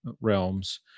realms